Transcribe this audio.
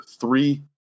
three